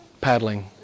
paddling